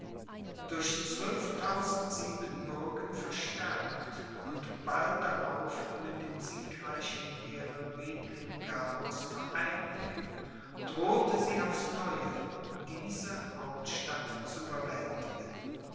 durch zwölftausend siebenbürgen verstärkt und bald darauf mit dem siegreichen heere bethlen gabors vereinigt drohte sie aufs neue diese hauptstadt zu